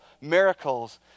miracles